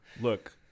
look